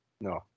No